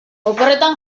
oporretan